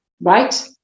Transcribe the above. right